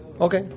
Okay